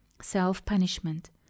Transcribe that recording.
self-punishment